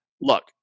look